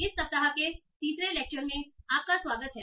इस सप्ताह के तीसरे लेक्चर में आपका स्वागत है